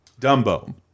Dumbo